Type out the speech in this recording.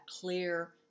clear